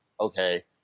okay